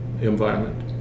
environment